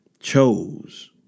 chose